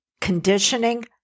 conditioning